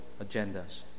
agendas